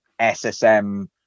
SSM